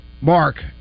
Mark